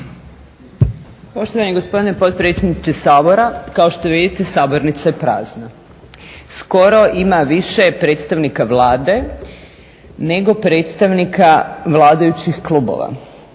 Poštovani gospodine potpredsjedniče Sabora, kao što vidite sabornica je prazna. Skoro ima više predstavnika Vlade nego predstavnika vladajućih klubova.